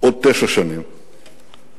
עוד תשע שנים ויונתן